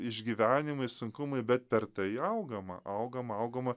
išgyvenimai sunkumai bet per tai augama augama augama